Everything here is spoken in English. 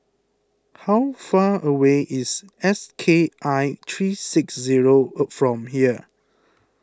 how far away is S K I three six zero from here